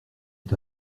est